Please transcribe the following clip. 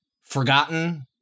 forgotten